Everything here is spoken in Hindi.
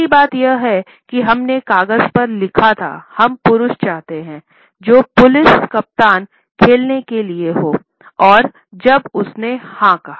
पहली बात यह है कि हम ने कागज पर लिखा था हम पुरुष चाहते हैं जो पुलिस कप्तान खेलने के लिए हो और जब उसने हाँ कहा